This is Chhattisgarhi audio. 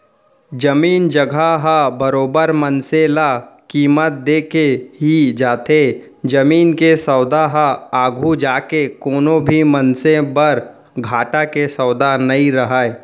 जमीन जघा ह बरोबर मनसे ल कीमत देके ही जाथे जमीन के सौदा ह आघू जाके कोनो भी मनसे बर घाटा के सौदा नइ रहय